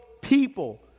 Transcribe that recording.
people